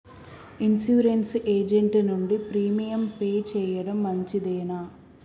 Insurance agent నుండి premium pay చేయడం మంచిదేనా?